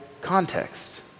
context